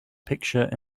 picture